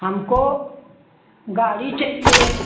हमको गाड़ी चाहिए